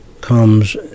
comes